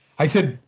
i said,